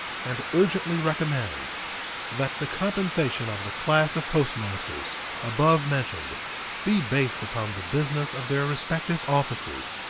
and urgently recommends that the compensation of the class of postmasters above mentioned be based upon the business of their respective offices,